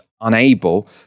unable